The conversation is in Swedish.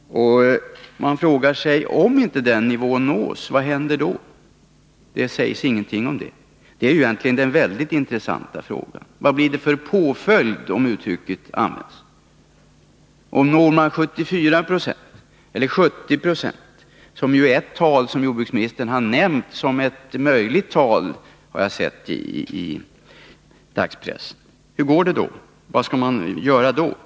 Men man kan fråga sig: Om inte den nivån nås, vad händer då? Det sägs det ingenting om, men det är ju den mest intressanta frågan. Vad blir det för påföljd? — om det uttrycket får användas. Och om man når en återvinning på 74 96 eller 70 20 — som ju är ett tal som jordbruksministern har nämnt som möjligt, har jag sett i fackpressen — hur går det då? Vad skall man då göra?